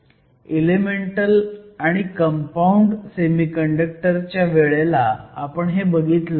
elemental आणि compound semiconductor च्या वेळेला आपण हे बघितलं आहे